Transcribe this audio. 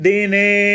Dine